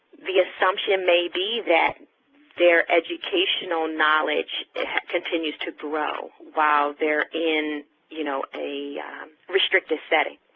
the assumption may be that their educational knowledge continues to grow while they're in you know, a restrictive setting.